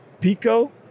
Pico